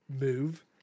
move